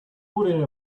putting